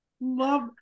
Love